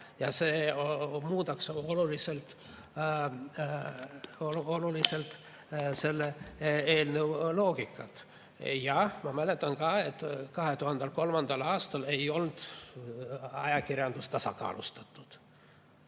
Aga see muudaks oluliselt selle eelnõu loogikat. Jah, ma mäletan ka, et 2003. aastal ei olnud ajakirjandus tasakaalustatud.